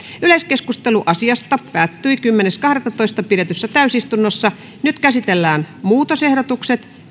yleiskeskustelu asiasta päättyi kymmenes kahdettatoista kaksituhattakahdeksantoista pidetyssä täysistunnossa nyt käsitellään muutosehdotukset